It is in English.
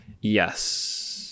yes